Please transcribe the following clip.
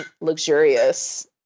luxurious